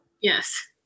yes